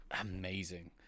Amazing